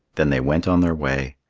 then they went on their way.